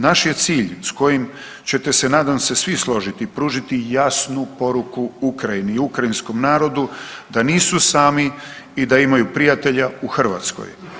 Naš je cilj s kojim ćete, nadam se, svi složiti i pružiti jasnu poruku Ukrajini i ukrajinskom narodu, da nisu sami i da imaju prijatelja u Hrvatskoj.